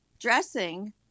dressing